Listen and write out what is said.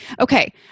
Okay